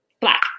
black